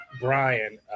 Brian